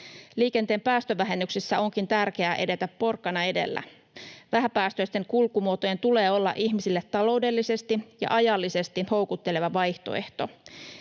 Liikenteen päästövähennyksissä onkin tärkeää edetä porkkana edellä. Vähäpäästöisten kulkumuotojen tulee olla ihmisille taloudellisesti ja ajallisesti houkutteleva vaihtoehto.